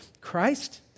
Christ